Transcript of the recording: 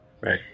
right